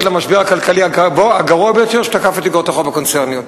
למשבר הכלכלי הגרוע ביותר שתקף את איגרות החוב הקונצרניות.